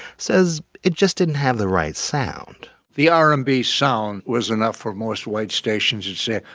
says it just didn't have the right sound the r and b sound was enough for most white stations who'd say,